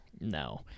No